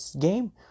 game